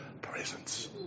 presence